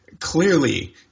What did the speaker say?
clearly